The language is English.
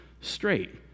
straight